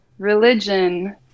religion